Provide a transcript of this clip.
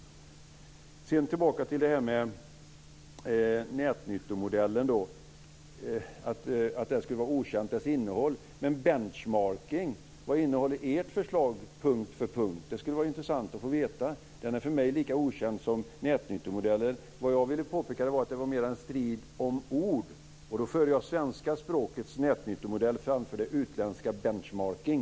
Inger Strömbom talar om att nätnyttomodellens innehåll skulle vara okänt. Men vad innehåller ert förslag om benchmarking punkt för punkt? Det skulle vara intressant att få veta. Det är lika okänt för mig som nätnyttomodellen sägs vara. Jag ville påpeka att det mer var en strid om ord. Då föredrar jag det svenska språkets nätnyttomodell framför det utländska benchmarking.